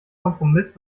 kompromiss